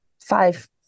five